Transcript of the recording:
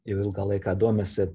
jau ilgą laiką domisi